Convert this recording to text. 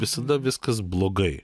visada viskas blogai